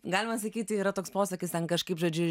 galima sakyti yra toks posakis ten kažkaip žodžiu